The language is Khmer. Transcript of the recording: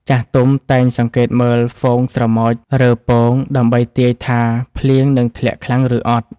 ចាស់ទុំតែងសង្កេតមើលហ្វូងស្រមោចរើពងដើម្បីទាយថាភ្លៀងនឹងធ្លាក់ខ្លាំងឬអត់។